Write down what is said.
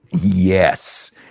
Yes